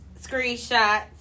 Screenshot